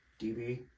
DB